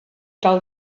tal